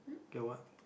get what